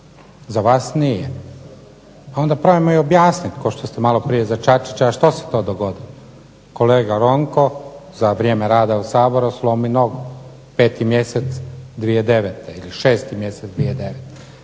Za vas nije. Ali, onda probajmo i objasniti kao što ste maloprije za Čačića što se to dogodilo. Kolega Ronko za vrijeme rada u Saboru slomi nogu, 5. mjesec 2009. ili 6. mjesec 2009.